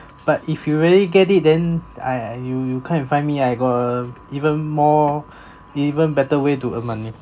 but if you really get it then I I you you come and find me ah I got even more even better way to earn money